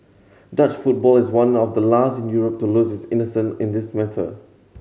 Dutch football is one of the last in Europe to lose its innocence in this matter